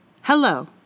Hello